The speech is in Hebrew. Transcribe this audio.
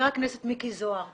חבר הכנסת מיקי זוהר,